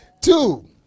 Two